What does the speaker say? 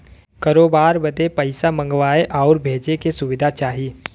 करोबार बदे पइसा मंगावे आउर भेजे बदे सुविधा चाही